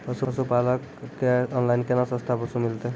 पशुपालक कऽ ऑनलाइन केना सस्ता पसु मिलतै?